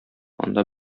анда